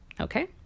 okay